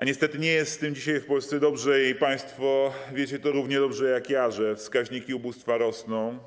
A niestety nie jest z tym dzisiaj w Polsce dobrze i państwo wiecie tak samo dobrze jak ja to, że wskaźniki ubóstwa rosną,